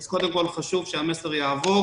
אז קודם כול חשוב שהמסר יעבור